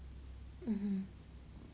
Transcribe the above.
mmhmm